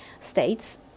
states